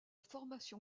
formation